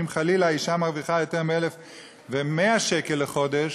ואם חלילה אישה מרוויחה יותר מ-1,100 שקל לחודש,